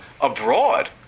abroad